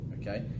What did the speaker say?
Okay